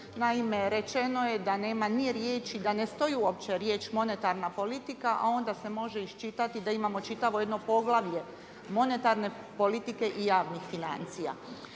ni riječi, da ne stoji uopće riječ „monetarna politika“ a onda se može iščitati da imamo čitavo jedno poglavlje monetarne politike i javnih financija.